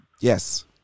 yes